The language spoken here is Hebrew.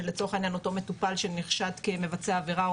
שלצורך העניין אותו מטופל שנחשד כמבצע העבירה,